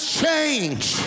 change